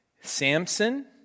Samson